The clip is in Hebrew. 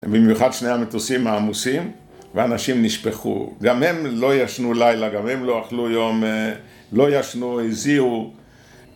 ובמיוחד שני המטוסים העמוסים ואנשים נשפכו גם הם לא ישנו לילה גם הם לא אכלו יום לא ישנו, הזיעו